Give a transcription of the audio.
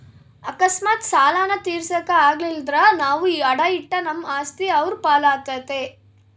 ಅಕಸ್ಮಾತ್ ಸಾಲಾನ ತೀರ್ಸಾಕ ಆಗಲಿಲ್ದ್ರ ನಾವು ಅಡಾ ಇಟ್ಟ ನಮ್ ಆಸ್ತಿ ಅವ್ರ್ ಪಾಲಾತತೆ